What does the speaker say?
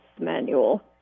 manual